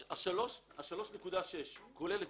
היא כוללת